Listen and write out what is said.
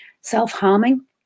self-harming